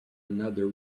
another